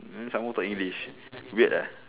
and then some more talk english weird ah